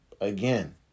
Again